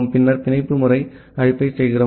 பின்னர் பிணைப்பு முறை அழைப்பை செய்கிறோம்